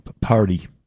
Party